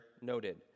noted